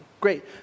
Great